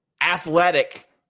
athletic